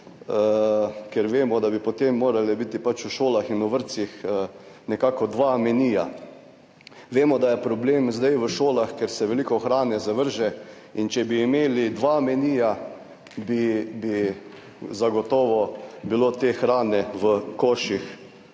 ker vemo, da bi potem morala biti pač v šolah in v vrtcih nekako dva menija. Vemo, da je problem zdaj v šolah, ker se veliko hrane zavrže in če bi imeli dva menija, bi zagotovo bilo te hrane v koših